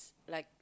like